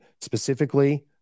specifically